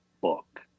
book